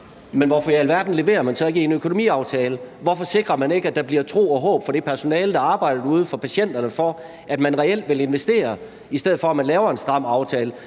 Hvorfor i alverden leverer man så ikke i økonomiaftalen? Hvorfor giver man ikke patienterne og det personale, der arbejder derude, håb om, at man reelt vil investere, i stedet for at lave en stram aftale?